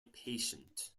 patient